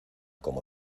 como